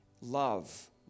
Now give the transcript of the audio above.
love